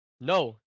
No